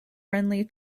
friendly